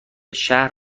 شهر